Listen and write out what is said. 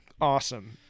awesome